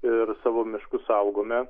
ir savo miškus saugome